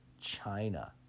China